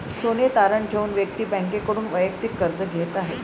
सोने तारण ठेवून व्यक्ती बँकेकडून वैयक्तिक कर्ज घेत आहे